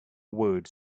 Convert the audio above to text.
word